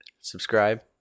Subscribe